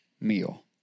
meal